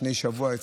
לפני שבוע,